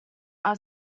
are